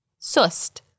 Sust